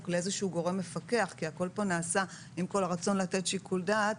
לאיזשהו גורם מפקח עם כל הרצון לתת שיקול דעת.